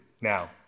now